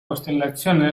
costellazione